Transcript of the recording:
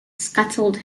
scuttled